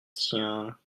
tiens